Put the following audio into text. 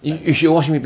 can't tell